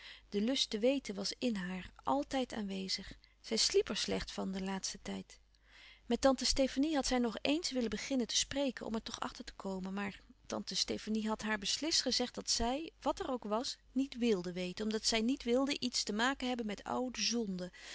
de lust te weten was in haar altijd aanwezig zij sliep er slecht van den laatsten tijd met tante stefanie had zij nog ééns willen beginnen te spreken om er toch achter te komen maar tante stefanie had haar beslist gezegd dat zij wat er ook was niet wilde weten omdat zij niet wilde iets te maken hebben met oude zonde